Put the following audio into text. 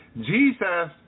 Jesus